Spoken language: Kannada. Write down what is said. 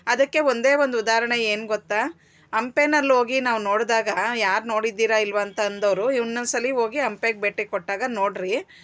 ಅದಕ್ಕೆ ಒಂದೇ ಒಂದು ಉದಾಹರ್ಣೆ ಏನು ಗೊತ್ತಾ ಹಂಪೆನಲ್ಲೋಗಿ ನಾವು ನೋಡಿದಾಗ ಯಾರು ನೋಡಿದ್ದೀರಾ ಇಲ್ವ ಅಂತಂದವರು ಇನ್ನೊಂದು ಸಲಿ ಹೋಗಿ ಹಂಪೆಗ್ ಭೇಟಿ ಕೊಟ್ಟಾಗ ನೋಡಿರಿ